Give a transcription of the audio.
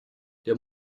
der